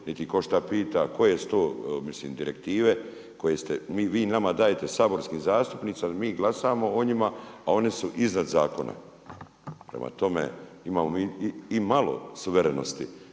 niti ih ko šta pita koje su te mislim direktive koje vi nama dajete saborskim zastupnicima, mi glasamo o njima, a oni su iznad zakona. Prema tome, imamo mi i malo suverenosti,